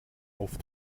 auf